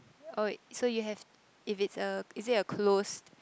oh wait so you have if it's a is it a closed